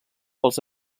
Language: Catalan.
pels